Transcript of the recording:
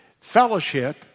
Fellowship